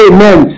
Amen